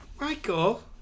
Michael